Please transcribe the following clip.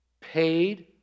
paid